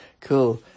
Cool